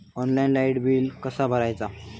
Online light bill कसा भरायचा?